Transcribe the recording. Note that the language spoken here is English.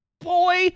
boy